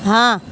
ہاں